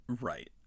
Right